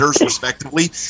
respectively